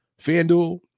FanDuel